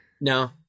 no